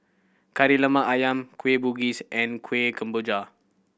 Kari Lemak Ayam Kueh Bugis and Kueh Kemboja